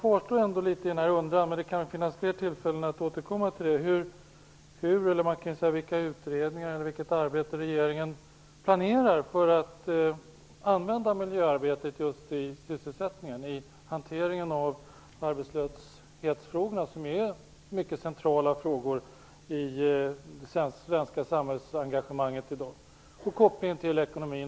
Jag undrar alltså fortfarande det kan väl bli fler tillfällen att återkomma till det - vilka utredningar och vilket arbete regeringen planerar för att använda miljöarbetet i hanteringen av arbetslöshetsfrågorna, som ju är mycket centrala frågor i det svenska samhällsengagemanget i dag. Hur blir kopplingen till ekonomin?